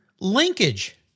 Linkage